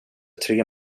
tre